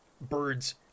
birds